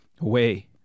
away